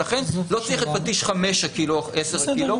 ולכן לא צריך את פטיש 5 קילו או 10 קילו,